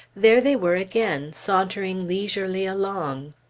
there they were again, sauntering leisurely along.